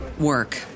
work